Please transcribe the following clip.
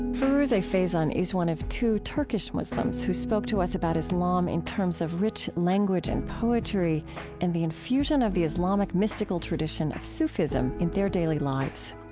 feruze and faison is one of two turkish muslims who spoke to us about islam in terms of rich language and poetry and the infusion of the islamic mystical tradition of sufism in their daily lives.